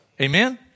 Amen